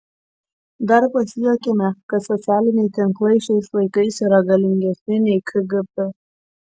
dar pasijuokėme kad socialiniai tinklai šiais laikais yra galingesni nei kgb